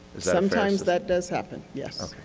sometimes that does happen, yes.